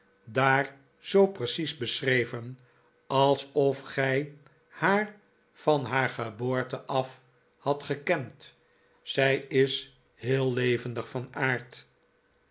daar zoo precies beschreven alsof gij haar van haar geboorte af hadt gekend zij is heel levendig van aard